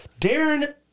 Darren